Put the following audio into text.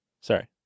Sorry